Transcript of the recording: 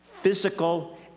physical